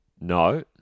No